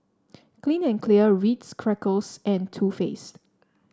Clean and Clear Ritz Crackers and Too Faced